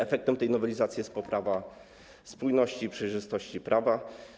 Efektem tej nowelizacji jest poprawa spójności, przejrzystości prawa.